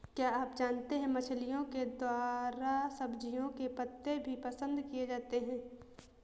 क्या आप जानते है मछलिओं के द्वारा सब्जियों के पत्ते भी पसंद किए जाते है